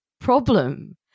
problem